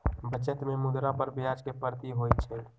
बचत में मुद्रा पर ब्याज के प्राप्ति होइ छइ